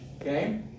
okay